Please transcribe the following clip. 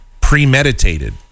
premeditated